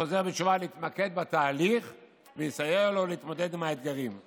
חל שינוי מאוד דרמטי בעמדות של יושב-ראש הליכוד ברגע